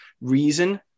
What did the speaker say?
reason